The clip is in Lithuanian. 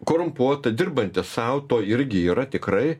korumpuota dirbanti sau to irgi yra tikrai